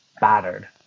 battered